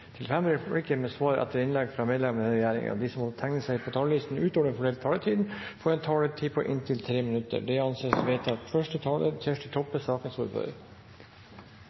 til fem replikker med svar etter innlegg fra medlemmer av regjeringen innenfor den fordelte taletid, og at de som måtte tegne seg på talerlisten utover den fordelte taletid, får en taletid på inntil 3 minutter. – Det anses vedtatt.